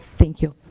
thank you.